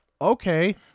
okay